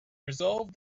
resolved